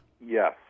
Yes